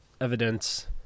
evidence